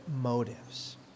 motives